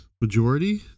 majority